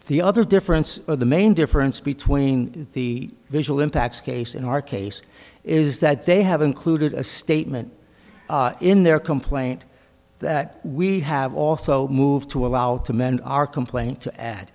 the other difference or the main difference between the visual impacts case in our case is that they have included a statement in their complaint that we have also moved to allow to mend our complaint to add